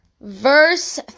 Verse